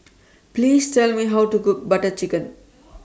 Please Tell Me How to Cook Butter Chicken